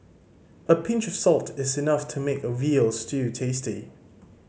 a pinch of salt is enough to make a veal stew tasty